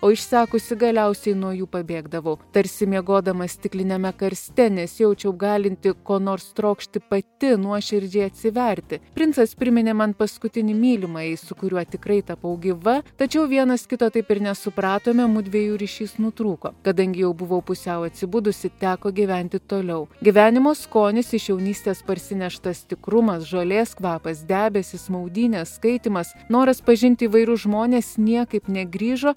o išsekusi galiausiai nuo jų pabėgdavau tarsi miegodama stikliniame karste nesijaučiau galinti ko nors trokšti pati nuoširdžiai atsiverti princas priminė man paskutinį mylimąjį su kuriuo tikrai tapau gyva tačiau vienas kito taip ir nesupratome mudviejų ryšys nutrūko kadangi jau buvau pusiau atsibudusi teko gyventi toliau gyvenimo skonis iš jaunystės parsineštas tikrumas žolės kvapas debesys maudynės skaitymas noras pažinti įvairius žmones niekaip negrįžo